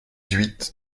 huit